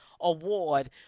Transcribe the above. award